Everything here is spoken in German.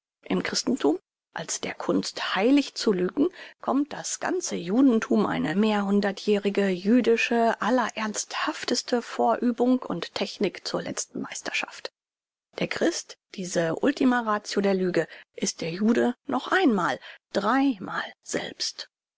im christenthum als der kunst heilig zu lügen kommt das ganze judenthum eine mehrhundertjährige jüdische allerernsthafteste vorübung und technik zur letzten meisterschaft der christ diese ultima ratio der lüge ist der jude noch einmal drei mal selbst